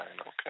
okay